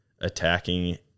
attacking